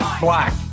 black